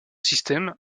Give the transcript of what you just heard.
système